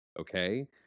okay